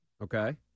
Okay